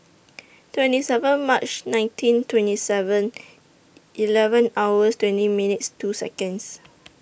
twenty seven March nineteen twenty Seven Eleven hours twenty minutes two Seconds